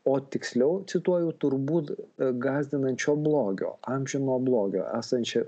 o tiksliau cituoju turbūt gąsdinančio blogio amžino blogio esančio